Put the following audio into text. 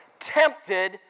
tempted